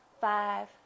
five